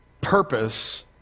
purpose